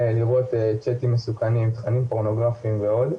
לראות צ'טים מסוכנים, תכנים פורנוגרפיים ועוד.